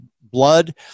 blood